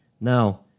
Now